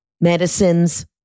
medicines